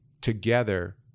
together